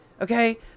Okay